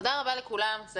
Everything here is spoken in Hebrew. תודה רבה לכל המשתתפים.